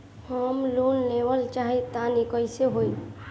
हम लोन लेवल चाह तानि कइसे होई?